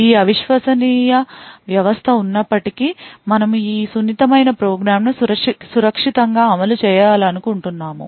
ఈ అవిశ్వసనీయ వ్యవస్థ ఉన్నప్పటికీ మనము ఈ సున్నితమైన ప్రోగ్రామ్ను సురక్షితంగా అమలు చేయాలనుకుంటున్నాము